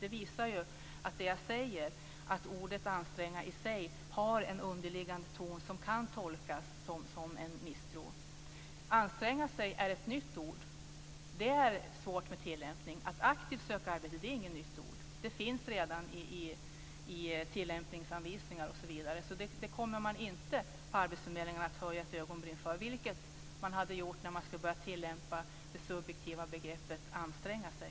Det visar att det jag säger - att ordet anstränga i sig har en underliggande ton som kan tolkas som en misstro. Anstränga sig är ett nytt uttryck, och det är svårt att tillämpa. Att aktivt söka ett arbete är inget nytt, det finns redan i tillämpningsanvisningar osv. Det kommer man inte på arbetsförmedlingarna att höja ett ögonbryn för, vilket man hade gjort om man skulle ha börjat tillämpa det subjektiva begreppet anstränga sig.